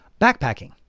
backpacking